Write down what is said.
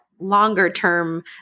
longer-term